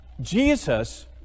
Jesus